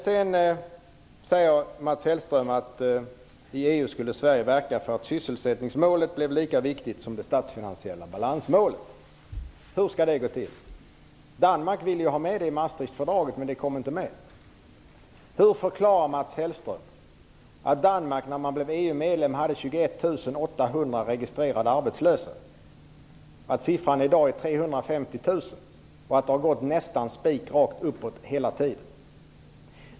Vidare säger Mats Hellström att Sverige skall verka i EU för att sysselsättningsmålet blir lika viktigt som det statsfinansiella balansmålet. Hur skall det gå till? Danmark ville ha med detta i Maastrichtfördraget. Men det kom inte med. Hur förklarar Mats Hellström att Danmark vid sitt EG inträde hade 21 800 registrerade arbetslösa och att siffran i dag är 350 000 och att den har gått nästan spikrakt uppåt hela tiden?